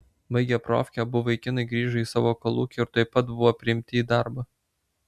baigę profkę abu vaikinai grįžo į savo kolūkį ir tuoj pat buvo priimti į darbą